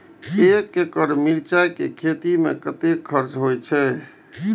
एक एकड़ मिरचाय के खेती में कतेक खर्च होय छै?